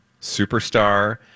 superstar